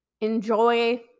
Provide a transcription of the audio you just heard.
enjoy